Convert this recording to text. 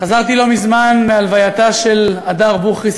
חזרתי לא מזמן מהלווייתה של הדר בוכריס,